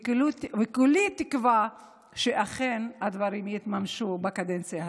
כולי תקווה שאכן הדברים יתממשו בקדנציה הזאת.